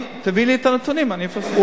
תביא לי את הנתונים, אני אפרסם.